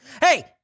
Hey